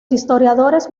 historiadores